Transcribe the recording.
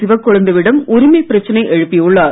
சிவக்கொழுந்துவிடம் உரிமைப் பிரச்சனை எழுப்பியுள்ளார்